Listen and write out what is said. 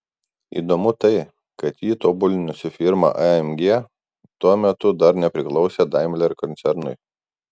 įdomu tai kad jį tobulinusi firma amg tuo metu dar nepriklausė daimler koncernui